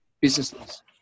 businesses